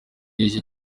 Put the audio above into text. y’iki